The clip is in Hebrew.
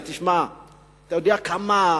אתה יודע כמה